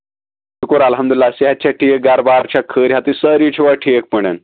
شُکُر اَلحمدُ اللہ صحت چھا ٹھیٖک گرٕ بار چھا خٲریَتھٕے سٲری چھِوا ٹھیٖک پٲٹھۍ